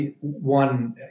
One